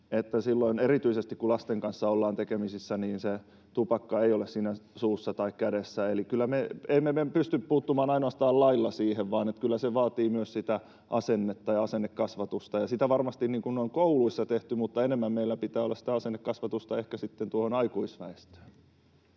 erityisesti silloin, kun lasten kanssa ollaan tekemisessä, se tupakka ei ole suussa tai kädessä? Eli emme me pysty puuttumaan ainoastaan lailla siihen, vaan kyllä se vaatii myös sitä asennetta ja asennekasvatusta, ja sitä varmasti on kouluissa tehty, mutta enemmän meillä pitää olla sitä asennekasvatusta ehkä sitten aikuisväestölle.